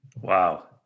Wow